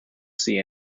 see